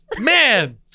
Man